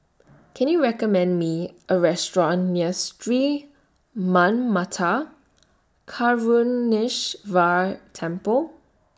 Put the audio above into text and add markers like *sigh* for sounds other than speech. *noise* Can YOU recommend Me A Restaurant near Sri Manmatha Karuneshvarar Temple